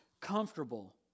comfortable